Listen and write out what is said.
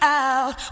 out